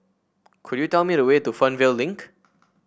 could you tell me the way to Fernvale Link